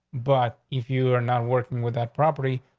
but if you are not working with that property,